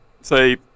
say